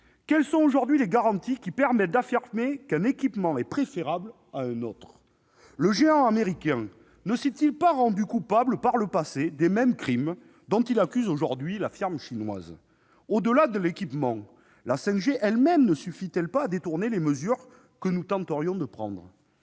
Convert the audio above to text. quelles sont aujourd'hui les garanties permettant d'affirmer qu'un équipement est préférable à un autre ? Le géant américain ne s'est-il pas rendu coupable, par le passé, des crimes mêmes dont il accuse aujourd'hui la firme chinoise ? Au-delà de l'équipement, la 5G elle-même ne suffit-elle pas à détourner les mesures que nous tenterions de prendre ?